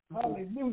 Hallelujah